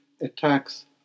attacks